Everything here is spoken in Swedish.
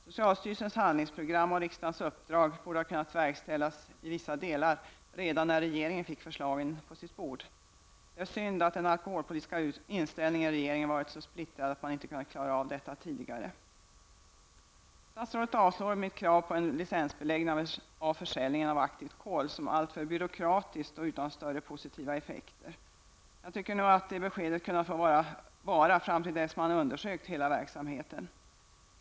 Socialstyrelsens handlingsprogram och riksdagens uppdrag borde ha verkställts i vissa delar redan när regeringen fick förslaget på sitt bord. Det är synd att regeringens alkoholpolitiska inställning varit så splittrad, att man inte kunnat klarat av detta tidigare. Statsrådet avvisar mitt krav på en lincensbeläggning när det gäller försäljningen av aktivt kol med att det skulle bli för byråkratiskt och att det inte skulle ha några större positiva effekter. Jag tycker att man borde ha väntat med detta besked till dess man undersökt hela verksamheten.